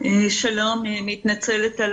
הממונה על